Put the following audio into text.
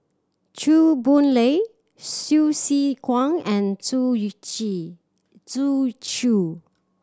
Chew Boon Lay Hsu Tse Kwang and Zhu Zhu Xu